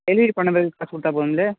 delivery பண்ண பிறகு காசு கொடுத்தா போதும்ல்ல